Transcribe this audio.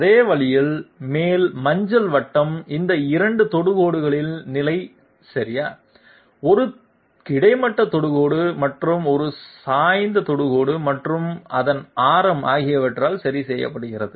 அதே வழியில் மேல் மஞ்சள் வட்டம் இந்த 2 தொடுகோடுகளின் நிலை சரியா ஒரு கிடைமட்ட தொடுகோடு மற்றும் ஒரு சாய்ந்த தொடுகோடு மற்றும் அதன் ஆரம் ஆகியவற்றால் சரி செய்யப்படுகிறது